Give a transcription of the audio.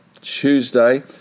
Tuesday